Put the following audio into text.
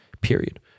Period